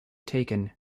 taken